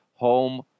home